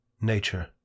NATURE